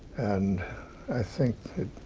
and i think it